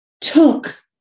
took